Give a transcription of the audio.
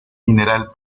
mineral